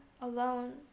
alone